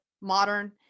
modern